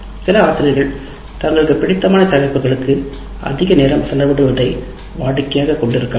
சில ஆசிரியர்கள் தங்களுக்கு பிடித்தமான தலைப்புகளுக்கு அதிக நேரம் செலவிடலாம்